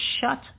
shut